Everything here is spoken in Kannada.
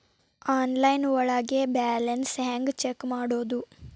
ಆನ್ಲೈನ್ ಒಳಗೆ ಬ್ಯಾಲೆನ್ಸ್ ಹ್ಯಾಂಗ ಚೆಕ್ ಮಾಡೋದು?